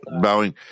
bowing